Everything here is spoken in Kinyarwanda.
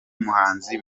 muhanzi